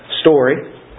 story